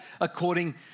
according